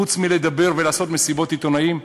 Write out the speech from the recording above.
חוץ מלדבר ולעשות מסיבות עיתונאים?